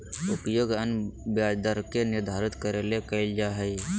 उपयोग अन्य ब्याज दर के निर्धारित करे ले कइल जा हइ